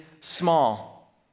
small